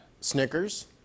Snickers